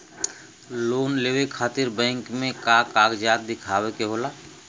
Loan लेवे खातिर bank मे का कागजात दिखावे के होला?